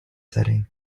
setting